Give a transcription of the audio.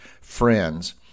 friends